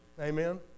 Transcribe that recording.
Amen